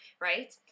right